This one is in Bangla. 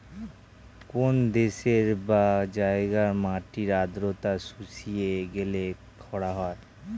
কোন দেশের বা জায়গার মাটির আর্দ্রতা শুষিয়ে গেলে খরা হয়